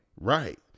right